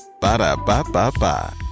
Ba-da-ba-ba-ba